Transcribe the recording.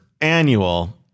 annual